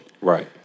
Right